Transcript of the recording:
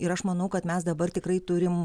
ir aš manau kad mes dabar tikrai turim